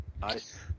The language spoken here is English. Nice